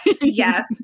Yes